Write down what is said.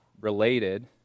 related